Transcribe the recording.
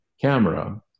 camera